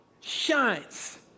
shines